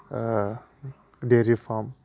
dairy farm